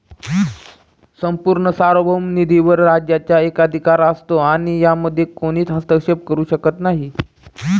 संपूर्ण सार्वभौम निधीवर राज्याचा एकाधिकार असतो आणि यामध्ये कोणीच हस्तक्षेप करू शकत नाही